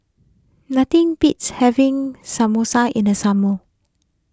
nothing beats having Samosa in the summer